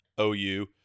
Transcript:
OU